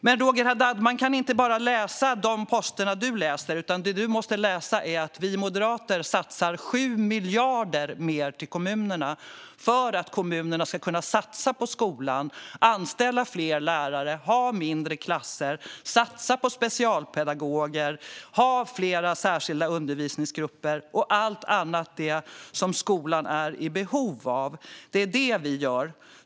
Men, Roger Haddad, man kan inte bara läsa de poster som du läser, utan det du måste läsa är att vi moderater satsar 7 miljarder mer till kommunerna för att dessa ska kunna satsa på skolan, anställa fler lärare, ha mindre klasser, satsa på specialpedagoger, ha fler särskilda undervisningsgrupper och allt annat som skolan är i behov av. Det är detta vi gör.